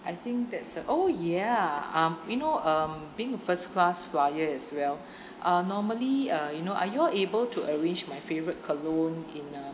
I think that's a oh ya um you know um being first class flier as well uh normally uh you know are you able to arrange my favourite cologne in uh